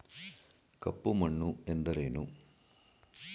ಕಪ್ಪು ಮಣ್ಣು ಎಂದರೇನು?